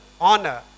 honor